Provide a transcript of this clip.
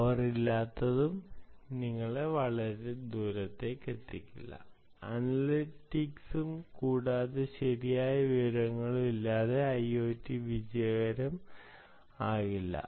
power ഇല്ലാത്തതും നിങ്ങളെ വളരെ ദൂരെയെത്തിക്കില്ല അനലിറ്റിക്സും കൂടാതെ ശരിയായ വിവരങ്ങളും ഇല്ലാതെ ഐഒടി വിജയകരം ആകില്ല